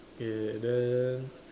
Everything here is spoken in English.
K then